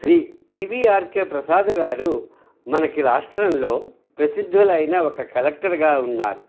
Shri P V R K ప్రసాద్గారు మనకి రాష్ట్రంలో ప్రసిద్ధులైన ఒక కలెక్టర్గా ఉన్నారు